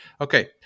Okay